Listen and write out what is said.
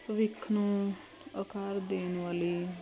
ਭਵਿੱਖ ਨੂੰ ਆਕਾਰ ਦੇਣ ਵਾਲੀ